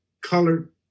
colored